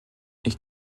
ich